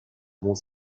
bons